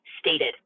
stated